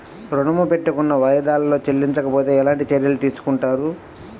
ఋణము పెట్టుకున్న వాయిదాలలో చెల్లించకపోతే ఎలాంటి చర్యలు తీసుకుంటారు?